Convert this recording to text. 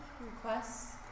requests